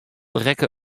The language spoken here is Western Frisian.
rekke